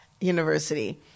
university